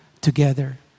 together